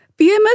PMS